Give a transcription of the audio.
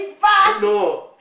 no